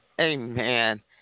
Amen